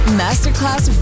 masterclass